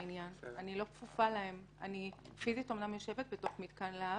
אמנם אני יושבת פיזית בתוך מתקן להב,